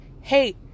hey